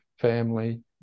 family